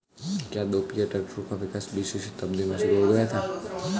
क्या दोपहिया ट्रैक्टरों का विकास बीसवीं शताब्दी में ही शुरु हो गया था?